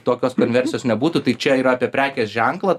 tokios konversijos nebūtų tai čia yra apie prekės ženklą